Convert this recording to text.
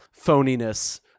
phoniness